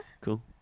Cool